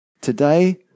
Today